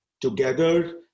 together